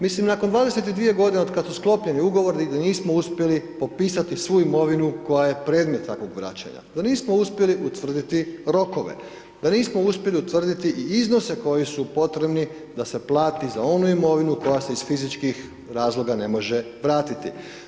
Mislim nakon od 22 godine od kada su sklopljeni ugovori da nismo uspjeli popisati svu imovinu koja je predmet takvog vraćanja, da nismo uspjeli utvrditi rokove, da nismo uspjeli utvrditi i iznose koji su potrebni da se plati za onu imovinu koja se iz fizičkih razloga ne može vratiti.